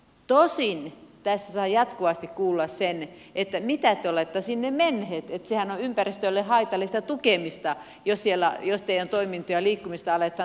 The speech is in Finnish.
tosin tässä saa jatkuvasti kuulla että mitä te olette sinne menneet että sehän on ympäristölle haitallista tukemista jos teidän toimintoja ja liikkumista aletaan tukea